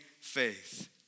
faith